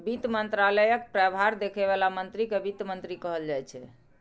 वित्त मंत्रालय के प्रभार देखै बला मंत्री कें वित्त मंत्री कहल जाइ छै